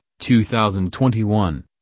2021